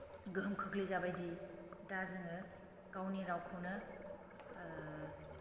गोहोम खोख्लै जाबायदि दा जोङो गावनि रावखौनो